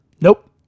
Nope